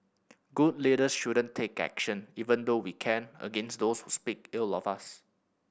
good leaders shouldn't take action even though we can against those who speak ill of us